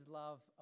love